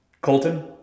Colton